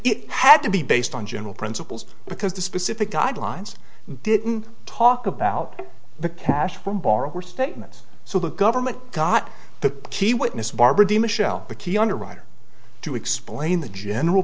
it had to be based on general principles because the specific guidelines didn't talk about the cash from borrower statements so the government got the key witness barbara de michel the key underwriter to explain the general